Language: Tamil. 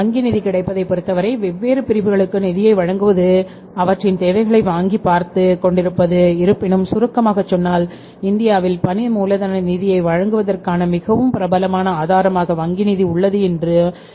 வங்கி நிதி கிடைப்பதைப் பொறுத்தவரை வெவ்வேறு பிரிவுகளுக்கு நிதியை வழங்குவதுஅவற்றின் தேவைகளைப் வங்கி பார்த்துக் கொண்டிருக்கிறது இருப்பினும் சுருக்கமாகச் சொன்னால் இந்தியாவில் பணி மூலதன நிதியை வழங்குவதற்கான மிகவும் பிரபலமான ஆதாரமாக வங்கி நிதி உள்ளது ஆனால் மற்ற 7 ஆதாரங்கள் நம்மிடம் உள்ளது